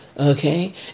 okay